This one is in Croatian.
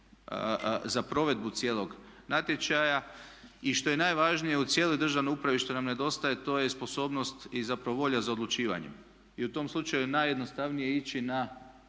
za provedbu cijelog natječaja i što je najvažnije u cijeloj državnoj upravi što nam nedostaje to je sposobnost i zapravo volja za odlučivanjem. I u tom slučaju je najjednostavnije ići na